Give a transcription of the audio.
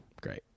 Great